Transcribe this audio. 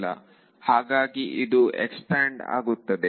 ಹಾಗಾಗಿ ಇದು ಎಕ್ಸ್ಪಾಂಡ್ ಆಗುತ್ತಿದೆ